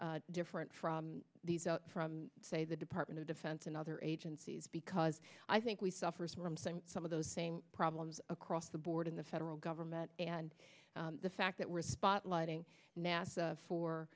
different from these out from say the department of defense and other agencies because i think we suffer from some some of those same problems across the board in the federal government and the fact that we're spotlighting nasa